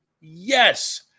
Yes